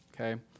okay